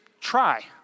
Try